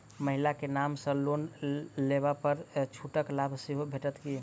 महिला केँ नाम सँ लोन लेबऽ पर छुटक लाभ सेहो भेटत की?